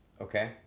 Okay